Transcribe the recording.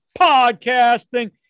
podcasting